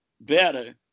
better